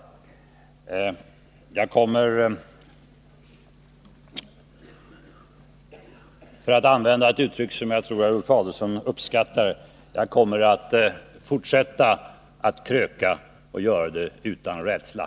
Men jag kommer — för att använda ett uttryck som jag tror att Ulf Adelsohn uppskattar — att fortsätta att kröka och göra det utan rädsla.